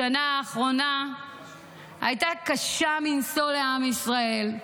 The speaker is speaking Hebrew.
השנה האחרונה הייתה קשה מנשוא לעם ישראל,